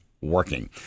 Working